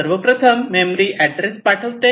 सर्वप्रथम memory address पाठवते